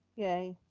yay.